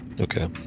okay